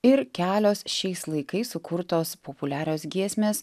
ir kelios šiais laikais sukurtos populiarios giesmės